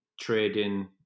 trading